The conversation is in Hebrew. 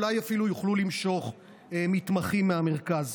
אולי אפילו יוכלו למשוך מתמחים מהמרכז.